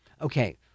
Okay